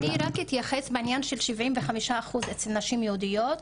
אני רק אתייחס לענין של 75 אחוז אצל נשים יהודיות,